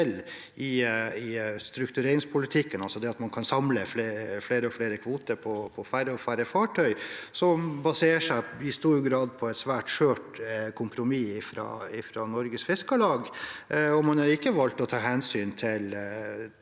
i struktureringspolitikken – det at man kan samle flere og flere kvoter på færre og færre fartøy – som i stor grad baserer seg på et svært skjørt kompromiss fra Norges Fiskarlag. Man har ikke valgt å ta hensyn til